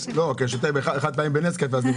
כי אני שותה נס קפה בכוס חד-פעמית אז אני